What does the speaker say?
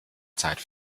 zeit